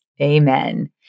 Amen